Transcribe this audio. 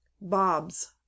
BOBS